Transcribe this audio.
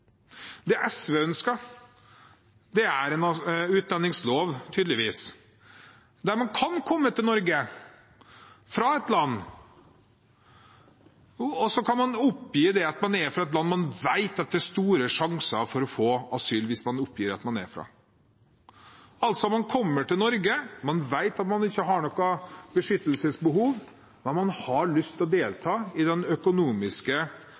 Det SV ønsker, er tydeligvis en utlendingslov der man kan komme til Norge fra et land, og så kan man oppgi at man er fra et annet land, fordi man vet det er store sjanser for å få asyl hvis man oppgir at man er derfra. Man kommer altså til Norge, man vet at man ikke har noe beskyttelsesbehov, men man har lyst til å delta i den økonomiske